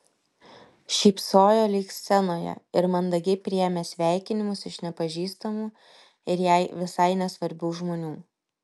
šypsojo lyg scenoje ir mandagiai priėmė sveikinimus iš nepažįstamų ir jai visai nesvarbių žmonių